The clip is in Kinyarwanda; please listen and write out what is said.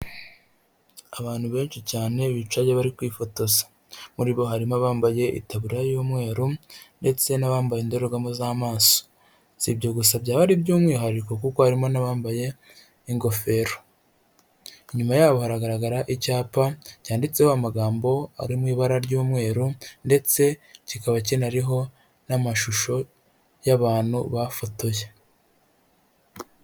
Abantu benshi cyane bicaye bari kwifotoza, muri bo harimo abambaye itaburiya y'umweru ndetse n'abambaye indorerwamu z'amaso, si ibyo gusa byaba ari iby'umwihariko kuko harimo n'abambaye ingofero, inyuma yabo hagaragara icyapa cyanditseho amagambo ari mu ibara ry'umweru ndetse kikaba kinariho n'amashusho y'abantu bafotoye.